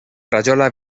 rajola